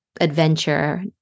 adventure